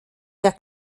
der